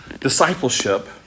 discipleship